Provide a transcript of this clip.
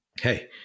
hey